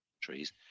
trees